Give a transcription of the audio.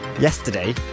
Yesterday